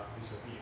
disappear